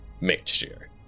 mixture